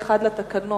נתקבלה.